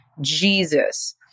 Jesus